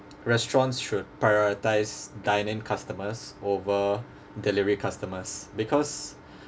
restaurants should prioritise dine in customers over delivery customers because